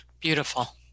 Beautiful